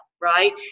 right